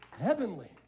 heavenly